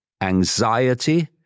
anxiety